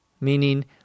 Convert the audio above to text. meaning